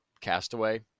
castaway